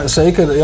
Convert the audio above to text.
zeker